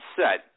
set